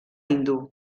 hindú